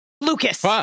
lucas